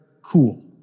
cool